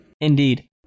Indeed